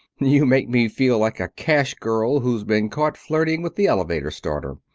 you make me feel like a cash-girl who's been caught flirting with the elevator starter.